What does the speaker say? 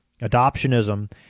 Adoptionism